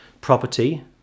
property